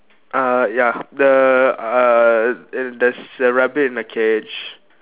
uh ya the uh there's a rabbit in my cage